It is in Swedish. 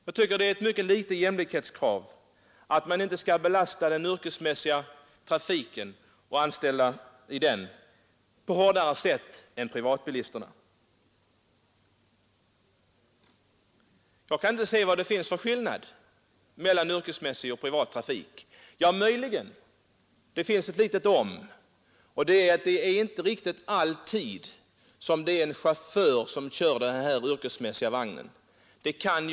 Jag tycker att det är ett litet jämlikhetskrav när jag begär att man inte skall belasta den yrkesmässiga trafiken och dess anställda hårdare än man belastar privatbilisterna. Jag kan inte se vad det finns för skillnad mellan yrkesmässig och privat trafik därvidlag. Det finns möjligen ett litet ”om”: det är inte riktigt alltid som en chaufför kör den här för yrkesmässig trafik avsedda vagnen.